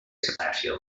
separació